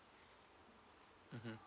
mmhmm